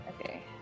Okay